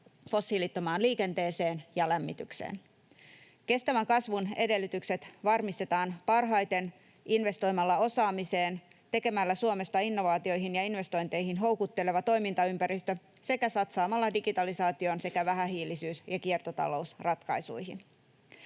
fossiilittomaan liikenteeseen ja lämmitykseen. Kestävän kasvun edellytykset varmistetaan parhaiten investoimalla osaamiseen, tekemällä Suomesta innovaatioihin ja investointeihin houkutteleva toimintaympäristö sekä satsaamalla digitalisaatioon sekä vähähiilisyys‑ ja kiertotalousratkaisuihin.